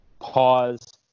pause